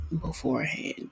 beforehand